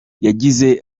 yagize